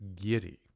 giddy